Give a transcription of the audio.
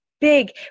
big